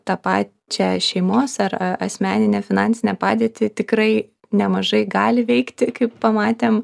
tą pačią šeimos ar a asmeninę finansinę padėtį tikrai nemažai gali veikti kaip pamatėm